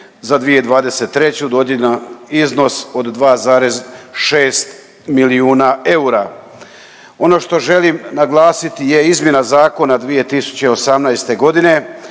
za 2023. dodijeljen iznos od 2,6 milijuna eura. Ono što želim naglasiti je izmjena zakona 2018. godine